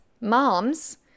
moms